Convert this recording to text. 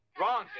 Wrong